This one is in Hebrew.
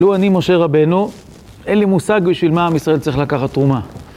לו אני משה רבנו, אין לי מושג בשביל מה עם ישראל צריך לקחת תרומה.